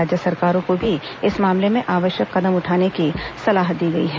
राज्य सरकारों को भी इस मामले में आवश्यक कदम उठाने की सलाह दी गई है